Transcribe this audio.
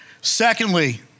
Secondly